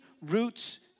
roots